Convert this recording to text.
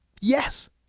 Yes